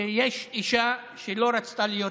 יש אישה שלא רצתה להיות